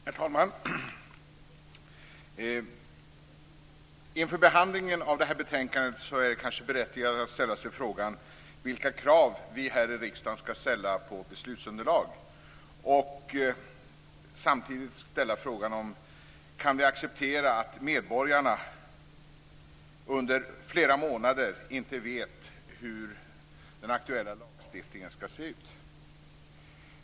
Herr talman! Inför behandlingen av det här betänkandet är det kanske berättigat att ställa sig frågorna vilka krav vi här i riksdagen skall ställa på beslutsunderlag och även om vi kan acceptera att medborgarna under flera månader inte vet hur den aktuella lagstiftningen skall se ut.